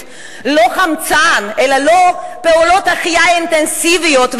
לא חמצן ולא פעולות החייאה אינטנסיביות,